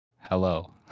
Hello